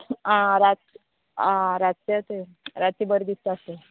आ रात आ रात रातचें तें रातची बरें दिसता